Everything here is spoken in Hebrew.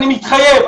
אני מתחייב,